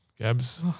Gabs